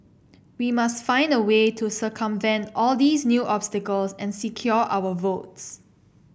we must find a way to circumvent all these new obstacles and secure our votes